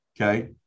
okay